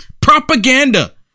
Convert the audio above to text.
Propaganda